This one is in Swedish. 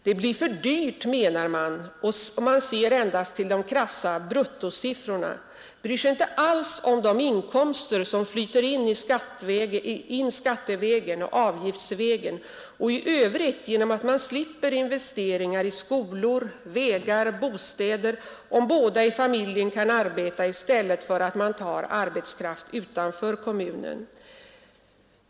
Det blir för dyrt, menar man, och man ser endast till de krassa bruttosiffrorna — bryr sig inte alls om de inkomster som flyter in skattevägen och avgiftsvägen och i övrigt genom att man slipper investeringar i skolor, vägar och bostäder om båda i familjen kan arbeta i stället för att man tar arbetskraft utanför kommunen.